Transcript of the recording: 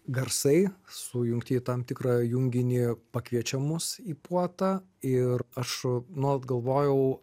garsai sujungti į tam tikrą junginį pakviečia mus į puotą ir aš nuolat galvojau